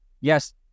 Yes